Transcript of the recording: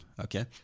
okay